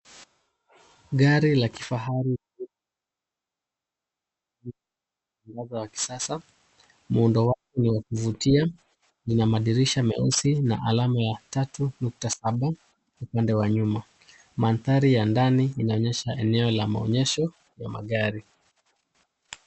Gari la kifahari la kisasa, muundo wake ni kuvutia. Lina madirisha meusi na alama ya 3.7 upande wa nyuma. Mandhari ya ndani inaonyesha eneo la maonyesho ya magari.